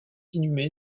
inhumée